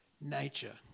nature